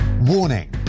Warning